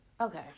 Okay